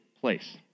place